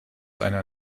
einer